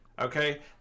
okay